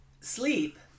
sleep